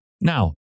Now